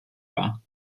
war